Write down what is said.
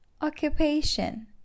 Occupation